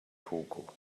togo